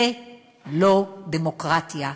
זה לא דמוקרטיה,